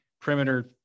perimeter